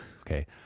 Okay